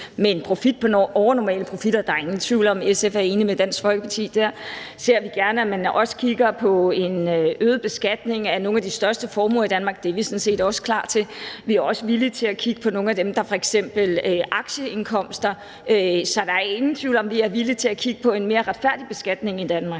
på overnormale profitter er der ingen tvivl om, at SF er enig med Dansk Folkeparti der. Vi ser gerne, at man også kigger på en øget beskatning af nogle af de største formuer i Danmark. Det er vi sådan set også klar til. Vi er også villige til at kigge på f.eks. aktieindkomster. Så der er ingen tvivl om, at vi er villige til kigge på en mere retfærdig beskatning i Danmark.